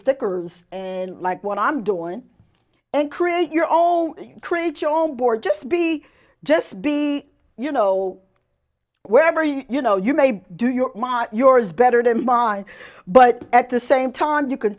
stickers like what i'm doing and create your own create your own board just be just be you know wherever you are you know you may do your mark yours better than mine but at the same time you can